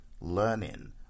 learning